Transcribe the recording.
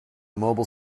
mobile